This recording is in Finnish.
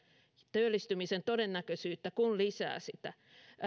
työllistymisen todennäköisyyttä kuin lisäävät sitä